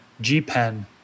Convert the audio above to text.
g-pen